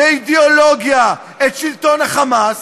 באידיאולוגיה, את שלטון ה"חמאס",